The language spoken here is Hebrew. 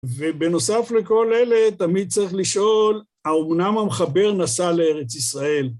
ובנוסף לכל אלה, תמיד צריך לשאול, האומנם המחבר נסע לארץ ישראל.